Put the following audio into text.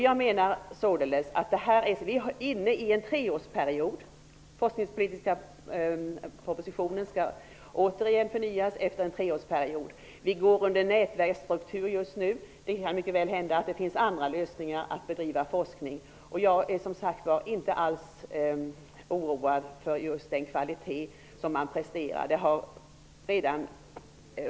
Vi är inne i en treårsperiod. Den forskningspolitiska propositionen skall återigen förnyas efter en treårsperiod. Vi går under nätverksstruktur just nu. Det kan mycket väl hända att det finns andra lösningar när det gäller att bedriva forskning. Jag är som sagt inte alls oroad för den kvalitet man presterar.